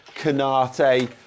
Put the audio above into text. Canate